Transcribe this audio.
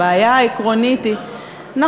הבעיה העקרונית היא, יחד עם שוטרים.